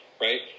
right